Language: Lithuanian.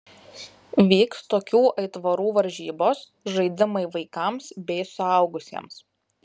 vyks tokių aitvarų varžybos žaidimai vaikams bei suaugusiems